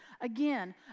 again